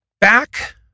Back